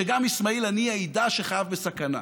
שגם אסמאעיל הנייה ידע שחייו בסכנה.